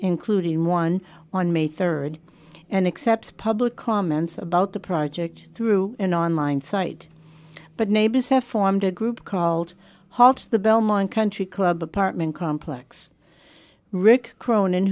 including one on may third and accept public comments about the project through an online site but neighbors have formed a group called hall to the belmont country club apartment complex rick cronin